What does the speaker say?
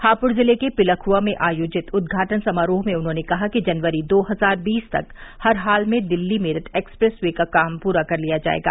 हापुड जिले के पिलखुवा में आयोजित उदघाटन समारोह में उन्होंने कहा कि जनवरी दो हजार बीस तक हर हाल में दिल्ली मेरठ एक्सप्रेस वे का काम पूरा कर लिया जाएगा